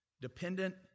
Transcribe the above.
dependent